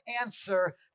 answer